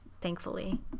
thankfully